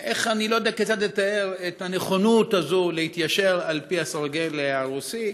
אני לא יודע כיצד לתאר את הנכונות הזאת להתיישר על פי הסרגל הרוסי,